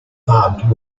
barbed